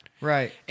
Right